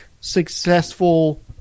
successful